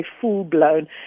full-blown